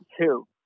two